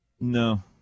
No